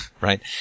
right